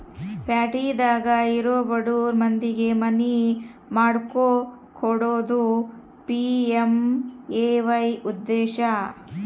ಪ್ಯಾಟಿದಾಗ ಇರೊ ಬಡುರ್ ಮಂದಿಗೆ ಮನಿ ಮಾಡ್ಕೊಕೊಡೋದು ಪಿ.ಎಮ್.ಎ.ವೈ ಉದ್ದೇಶ